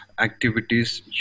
activities